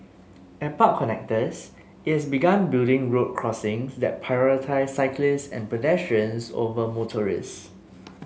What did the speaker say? at park connectors it has begun building road crossings that prioritise cyclists and pedestrians over motorists